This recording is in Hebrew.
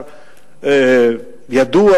אחת.